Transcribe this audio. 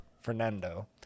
Fernando